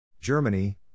Germany